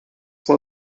for